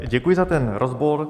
Děkuji za ten rozbor.